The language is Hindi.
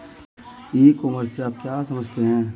ई कॉमर्स से आप क्या समझते हो?